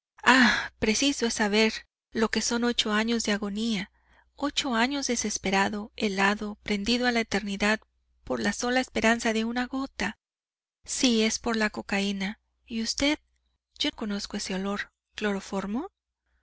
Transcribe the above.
ah preciso es saber lo que son ocho años de agonía ocho años desesperado helado prendido a la eternidad por la sola esperanza de una gota sí es por la cocaína y usted yo conozco ese olor cloroformo